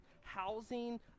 housing